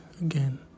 again